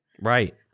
Right